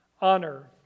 Honor